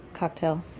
cocktail